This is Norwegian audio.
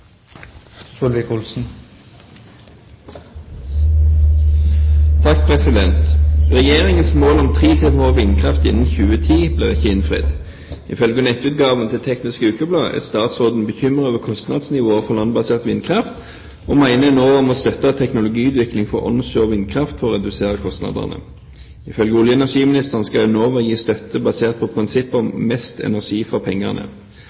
til det. «Regjeringens mål om 3 TWh vindkraft innen 2010 blir ikke innfridd. Ifølge nettutgaven til Teknisk Ukeblad er statsråden bekymret over kostnadsnivået for landbasert vindkraft, og mener Enova må støtte teknologiutvikling for onshore vindkraft for å redusere kostnadene. Ifølge olje- og energiministeren skal Enova gi støtte basert på